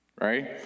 Right